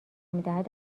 میدهد